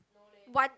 what